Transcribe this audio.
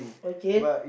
okay